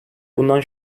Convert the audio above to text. bundan